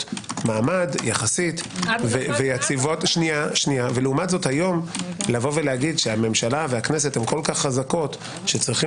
מעמד יחסית ולעומת זאת היום לומר שהממשלה והכנסת הן כה חזקות שצריכים